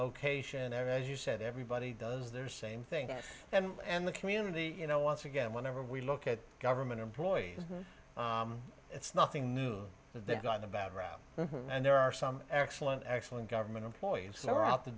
location and as you said everybody does their same thing and the community you know once again whenever we look at government employees it's nothing new they've got a bad rap and there are some excellent excellent government employees who are out to